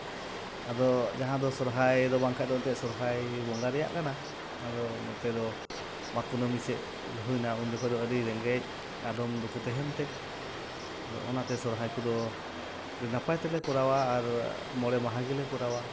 ᱟᱫᱚ ᱡᱟᱦᱟᱸ ᱫᱚ ᱥᱚᱨᱦᱟᱭ ᱫᱚ ᱵᱟᱝᱠᱷᱟᱱ ᱫᱚ ᱮᱱᱛᱮᱫ ᱥᱚᱨᱦᱟᱭ ᱵᱚᱸᱜᱟ ᱨᱮᱭᱟᱜ ᱠᱟᱱᱟ ᱟᱫᱚ ᱱᱚᱛᱮ ᱫᱚ ᱢᱟᱜᱽ ᱠᱩᱱᱟᱹᱢᱤ ᱥᱮᱫ ᱦᱩᱭᱱᱟ ᱩᱱ ᱡᱚᱠᱷᱟᱱ ᱫᱚ ᱟᱹᱰᱤ ᱨᱮᱸᱜᱮᱡ ᱟᱫᱚᱢ ᱫᱚᱠᱚ ᱛᱟᱦᱮᱱ ᱛᱮ ᱟᱫᱚ ᱚᱱᱟᱛᱮ ᱥᱚᱨᱦᱟᱭ ᱠᱚᱫᱚ ᱟᱹᱰᱤ ᱱᱟᱯᱟᱭ ᱛᱮᱞᱮ ᱠᱚᱨᱟᱣᱟ ᱟᱨ ᱢᱚᱬᱮ ᱢᱟᱦᱟ ᱜᱮᱞᱮ ᱠᱚᱨᱟᱣᱟ